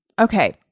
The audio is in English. okay